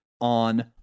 on